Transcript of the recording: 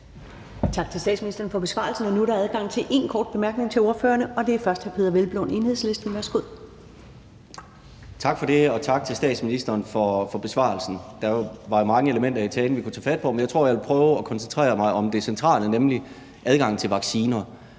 Tak til statsministeren for besvarelsen. Nu er der adgang til en kort bemærkning for ordførerne, og det er først hr. Peder Hvelplund, Enhedslisten. Værsgo. Kl. 13:13 Peder Hvelplund (EL): Tak for det, og tak til statsministeren for besvarelsen. Der var jo mange elementer i talen, vi kunne tage fat på, men jeg tror, at jeg vil prøve at koncentrere mig om det centrale, nemlig adgang til vacciner.